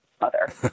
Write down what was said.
mother